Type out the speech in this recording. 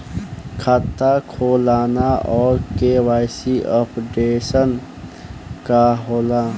खाता खोलना और के.वाइ.सी अपडेशन का होला?